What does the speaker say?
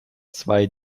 zwei